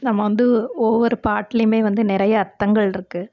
நம்ம வந்து ஒவ்வொரு பாட்டுலேயுமே வந்து நிறையா அர்த்தங்களிருக்கு